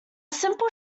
simple